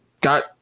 got